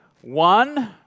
one